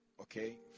okay